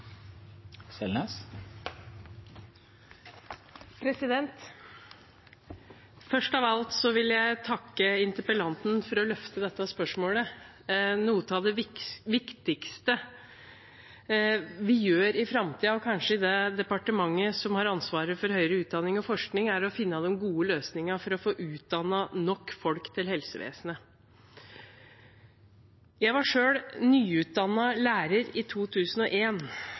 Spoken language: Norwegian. Først av alt vil jeg takke interpellanten for å løfte dette spørsmålet. Kanskje noe av det viktigste man vil gjøre i framtiden i det departementet som har ansvaret for høyere utdanning og forskning, er å finne gode løsninger for å få utdannet nok folk til helsevesenet. Jeg var selv en nyutdannet lærer i